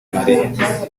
mariya